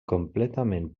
completament